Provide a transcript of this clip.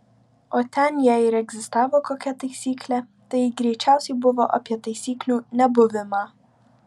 o ten jei ir egzistavo kokia taisyklė tai ji greičiausiai buvo apie taisyklių nebuvimą